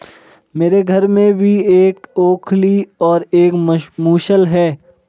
मेरे घर में भी एक ओखली और एक मूसल है